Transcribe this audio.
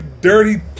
dirty